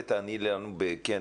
ותעני לנו בכן